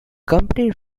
company